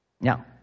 Now